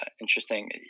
interesting